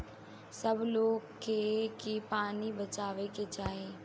सब लोग के की पानी बचावे के चाही